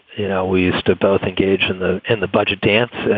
you know, we used to both engage in the in the budget dance,